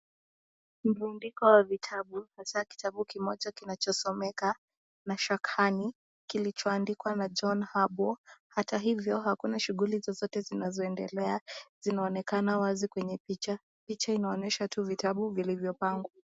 Mrundiko wa vitabu, haswa kitabu kimoja kinachosomeka mashak honey, kilicho andikwa na John Habwa. Hata hivyo hakuna shughuli zozote zinazoendelea. Zinaonekana wazi kwenye picha. Picha inaonyesha tu vitabu vilivyopangwa.